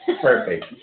Perfect